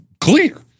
clear